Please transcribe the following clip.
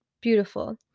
beautiful